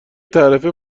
تعرفه